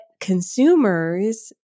consumers